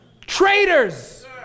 traitors